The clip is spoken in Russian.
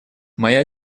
моя